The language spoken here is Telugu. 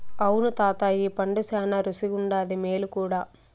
అవును తాతా ఈ పండు శానా రుసిగుండాది, మేలు కూడా